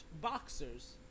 boxers